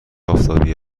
آفتابی